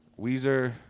Weezer